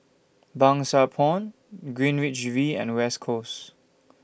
Pang Sua Pond Greenwich V and West Coast